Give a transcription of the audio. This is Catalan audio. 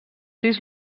sis